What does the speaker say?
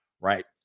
right